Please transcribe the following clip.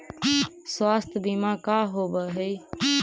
स्वास्थ्य बीमा का होव हइ?